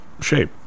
shape